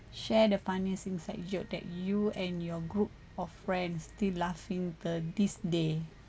share the funniest inside joke that you and your group of friends still laughing the these day